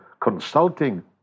consulting